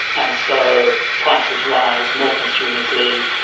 and so prices rise, more consumers leave,